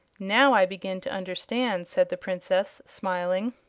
now i begin to understand, said the princess, smiling.